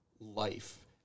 Life